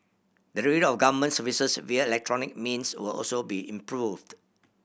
delivery of government services via electronic means will also be improved